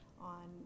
on